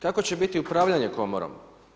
Kako će biti upravljanje komorom?